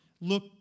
look